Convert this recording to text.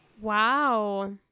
Wow